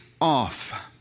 off